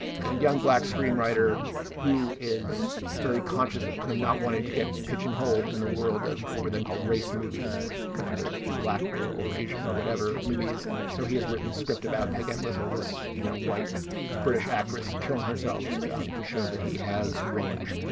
kind of young black screenwriter who is very conscious of kind of not wanting to get pigeonholed in the world of of what were then called race movies, which are kind of the black or asian or whatever movies. and so he has written the script about piguet with all this, you know, white british actress killing herself um to show that he has range,